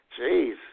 Jeez